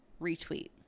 retweet